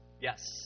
Yes